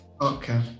Okay